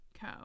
Co